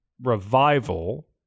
revival